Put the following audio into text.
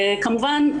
כמובן,